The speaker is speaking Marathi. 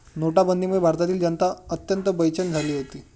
नोटाबंदीमुळे भारतातील जनता अत्यंत बेचैन झाली होती